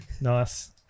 Nice